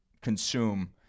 consume